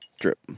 Drip